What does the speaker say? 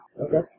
Okay